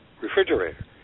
refrigerator